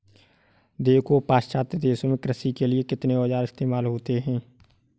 देखो पाश्चात्य देशों में कृषि के लिए कितने औजार इस्तेमाल होते हैं